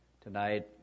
tonight